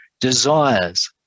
desires